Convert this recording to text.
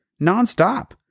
nonstop